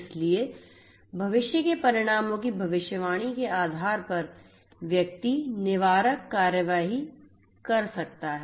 इसलिए भविष्य के परिणामों की भविष्यवाणी के आधार पर व्यक्ति निवारक कार्रवाई कर सकता है